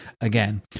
again